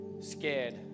scared